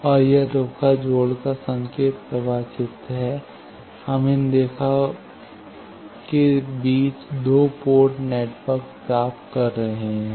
और यह रेखा जोड़ का संकेत प्रवाह चित्र है हम इन रेखा के बीच दो पोर्ट नेटवर्क प्राप्त करते हैं